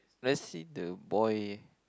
let's see the boy